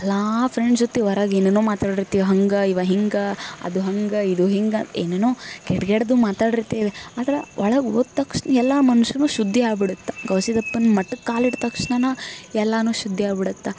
ಎಲ್ಲ ಫ್ರೆಂಡ್ಸ್ ಜೊತೆ ಹೊರಗೆ ಏನೇನೋ ಮಾತಾಡಿರ್ತೀವಿ ಹಂಗೆ ಇವು ಹಿಂಗೆ ಅದು ಹಂಗೆ ಇದು ಹಿಂಗೆ ಏನೇನೋ ಕೆಟ್ಟ ಕೆಟ್ಟದು ಮಾತಾಡಿರ್ತೀವಿ ಆದ್ರೆ ಒಳಗೆ ಹೋದ ತಕ್ಷಣ ಎಲ್ಲ ಮನ್ಸೂ ಶುದ್ಧಿ ಆಗಿ ಬಿಡುತ್ತೆ ಗವಿ ಸಿದ್ದಪ್ಪನ ಮಠಕ್ಕೆ ಕಾಲಿಟ್ಟ ತಕ್ಷ್ಣನೇ ಎಲ್ಲನೂ ಶುದ್ಧಿ ಆಗಿ ಬಿಡುತ್ತೆ